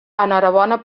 enhorabona